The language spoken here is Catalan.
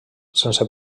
sense